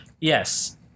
Yes